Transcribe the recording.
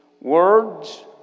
words